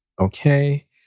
Okay